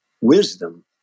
wisdom